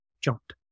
jumped